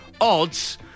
odds